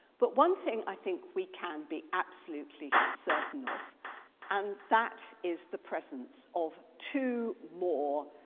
but one thing i think we can be absolutely certain of and that is the presence of two more